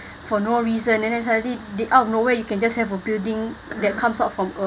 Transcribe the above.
for no reason and then suddenly they out of nowhere you can just have a building that comes out from a